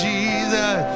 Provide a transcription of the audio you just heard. Jesus